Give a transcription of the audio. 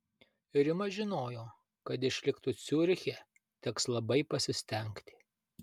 rima žinojo kad išliktų ciuriche teks labai pasistengti